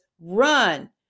run